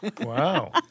Wow